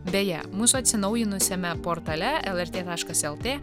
beje mūsų atsinaujinusiame portale lrt taškas lt